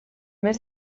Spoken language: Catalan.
més